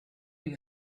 you